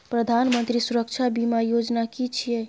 प्रधानमंत्री सुरक्षा बीमा योजना कि छिए?